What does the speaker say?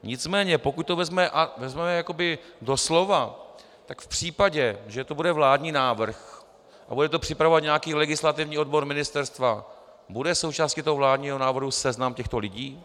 Nicméně pokud to vezmeme doslova, tak v případě, že to bude vládní návrh a bude to připravovat nějaký legislativní odbor ministerstva, bude součástí vládního návrhu seznam těchto lidí?